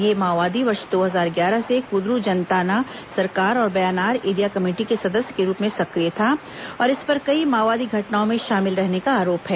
यह माओवादी वर्ष दो हजार ग्यारह से कुदरू जनताना सरकार और बयानार एरिया कमेटी के सदस्य के रूप में सक्रिय था और इस पर कई माओवादी घटनाओं में शामिल रहने का आरोप है